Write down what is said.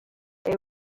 they